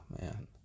man